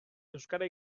euskara